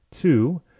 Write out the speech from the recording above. Two